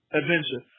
adventure